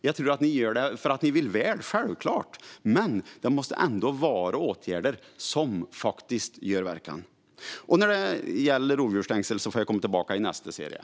Jag tror att ni gör det för att ni vill väl, självklart, men det måste ändå vara åtgärder som faktiskt ger verkan. Frågan om rovdjursstängsel får jag komma tillbaka till i nästa replik.